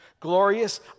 Glorious